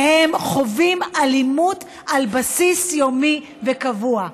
והם חווים אלימות על בסיס יומי וקבוע.